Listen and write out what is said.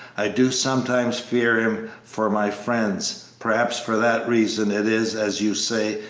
i do sometimes fear him for my friends perhaps for that reason it is, as you say,